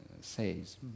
says